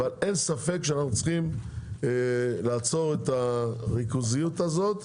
אבל אין ספק שאנחנו צריכים לעצור את הריכוזיות הזאת.